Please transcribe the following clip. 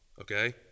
okay